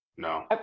No